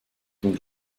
dem